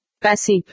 Passive